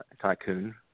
tycoon